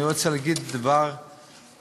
אני רוצה להגיד דבר בסיסי,